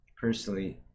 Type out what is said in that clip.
personally